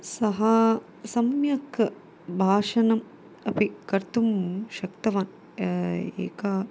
सः सम्यक् भाषणम् अपि कर्तुं शक्तवान् एकस्य